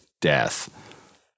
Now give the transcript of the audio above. death